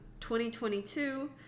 2022